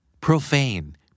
Profane